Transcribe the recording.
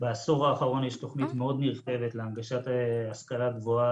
בעשור האחרון יש תוכנית מאוד נרחבת להנגשת השכלה גבוהה